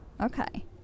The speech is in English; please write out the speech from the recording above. Okay